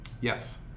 Yes